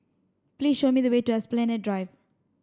please show me the way to Esplanade Drive